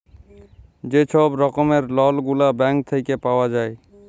যে ছব রকমের লল গুলা ব্যাংক থ্যাইকে পাউয়া যায়